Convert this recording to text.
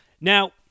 now